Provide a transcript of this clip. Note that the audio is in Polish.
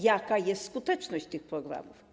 Jaka jest skuteczność tych programów?